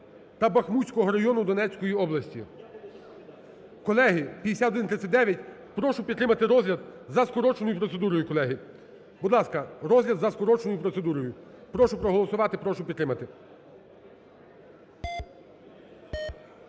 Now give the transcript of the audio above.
та Бахмутського району Донецької області". Колеги, 5139. Прошу підтримати розгляд за скороченою процедурою, колеги. Будь ласка, розгляд за скороченою процедурою. Прошу проголосувати. Прошу підтримати.